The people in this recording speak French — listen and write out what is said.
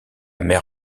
mer